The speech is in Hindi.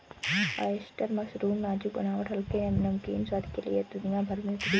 ऑयस्टर मशरूम नाजुक बनावट हल्के, नमकीन स्वाद के लिए दुनिया भर में प्रिय है